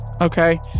Okay